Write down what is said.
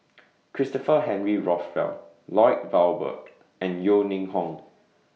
Christopher Henry Rothwell Lloyd Valberg and Yeo Ning Hong